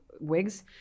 wigs